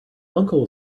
uncle